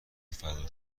فدا